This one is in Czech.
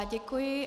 Děkuji.